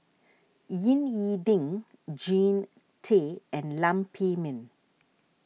Ying E Ding Jean Tay and Lam Pin Min